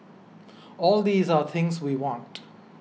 all these are things we want